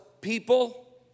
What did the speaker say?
people